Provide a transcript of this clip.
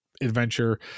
adventure